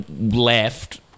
left